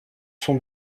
sont